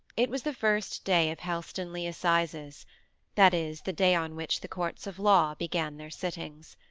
it was the first day of helstonleigh assizes that is, the day on which the courts of law began their sittings.